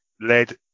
led